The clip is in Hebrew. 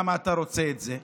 למה אתה רוצה את זה,